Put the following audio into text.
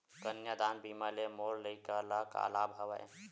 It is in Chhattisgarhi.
कन्यादान बीमा ले मोर लइका ल का लाभ हवय?